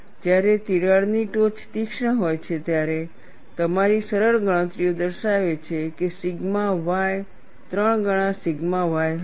જ્યારે તિરાડની ટોચ તીક્ષ્ણ હોય છે ત્યારે તમારી સરળ ગણતરીઓ દર્શાવે છે કે સિગ્મા y 3 ગણા સિગ્મા y હશે